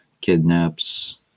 kidnaps